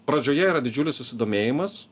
pradžioje yra didžiulis susidomėjimas